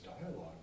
dialogue